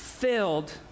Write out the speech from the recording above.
Filled